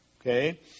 okay